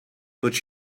but